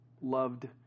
loved